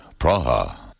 Praha